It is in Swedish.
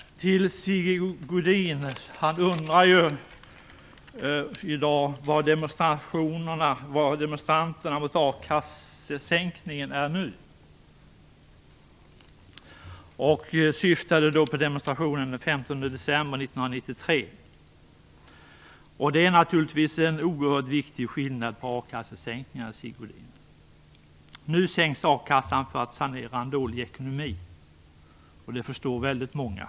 Sigge Godin undrade var de som demonstrerade mot a-kassesänkningarna är nu. Han syftade då på demonstrationen den 15 december 1993. Det är naturligtvis en oerhört viktig skillnad på akassesänkningar, Sigge Godin. Nu sänks ersättningen i a-kassan för att sanera en dålig ekonomi, och det förstår väldigt många.